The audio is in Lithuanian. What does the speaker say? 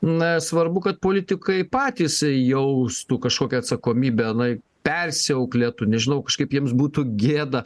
na svarbu kad politikai patys jaustų kažkokią atsakomybę na persiauklėtų nežinau kažkaip jiems būtų gėda